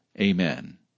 Amen